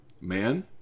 man